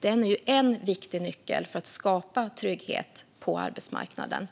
Den är en viktig nyckel för att skapa trygghet på arbetsmarknaden.